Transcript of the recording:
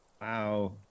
Wow